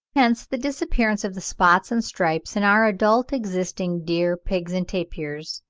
hence the disappearance of the spots and stripes in our adult existing deer, pigs, and tapirs,